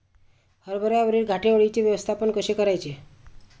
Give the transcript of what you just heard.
हरभऱ्यावरील घाटे अळीचे व्यवस्थापन कसे करायचे?